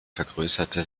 vergrößerte